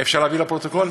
אפשר להעביר לפרוטוקול?